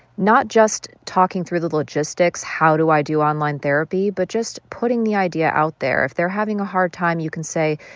not just talking through the logistics how do i do online therapy? but just putting the idea out there. if they're having a hard time, you can say,